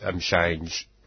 change